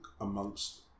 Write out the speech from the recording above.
amongst